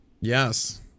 Yes